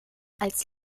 als